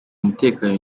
umutekano